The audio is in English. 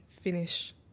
finish